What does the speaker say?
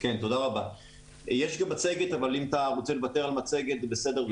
אם אתה רוצה לוותר על מצגת, זה בסדר.